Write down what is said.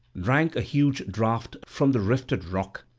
drank a huge draught from the rifted rock,